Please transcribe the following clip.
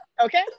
Okay